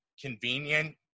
convenient